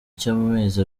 cy’amezi